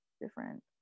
different